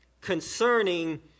concerning